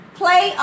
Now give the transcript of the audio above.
play